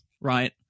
Right